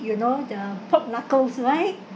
you know the pork knuckles right